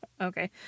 Okay